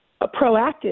proactive